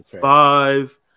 five